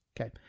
Okay